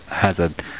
hazard